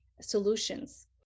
solutions